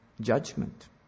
judgment